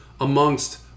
amongst